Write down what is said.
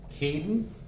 Caden